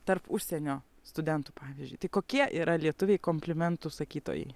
tarp užsienio studentų pavyzdžiui kokie yra lietuviai komplimentų sakytojai